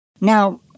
Now